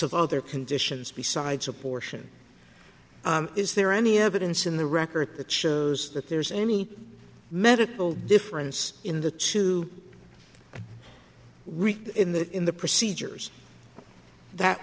of other conditions besides abortion is there any evidence in the record that shows that there's any medical difference in the two rec'd in the in the procedures that